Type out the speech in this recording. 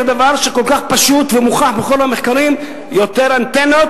את הדבר שהוא כל כך פשוט ומוכח בכל המחקרים: יותר אנטנות,